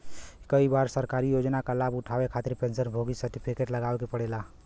कई बार सरकारी योजना क लाभ उठावे खातिर पेंशन भोगी सर्टिफिकेट लगावे क पड़ेला